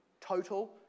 total